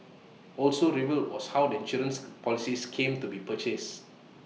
also revealed was how the insurance policies came to be purchased